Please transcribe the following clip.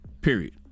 Period